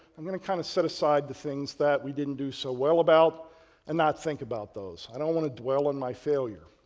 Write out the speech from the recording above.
i'm going to kind of set aside the things that we didn't do so well about and not think about those. i don't want to dwell on my failure,